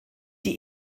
die